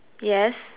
yes